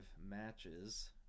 matches